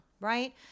right